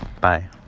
bye